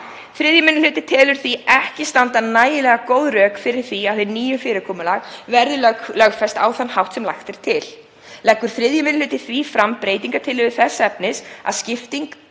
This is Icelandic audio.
3. minni hluti telur því ekki standa nægilega góð rök til þess að hið nýja fyrirkomulag verði lögfest á þann hátt sem lagt er til. Leggur 3. minni hluti því fram breytingartillögu þess efnis að skipting